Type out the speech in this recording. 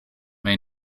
may